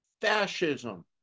fascism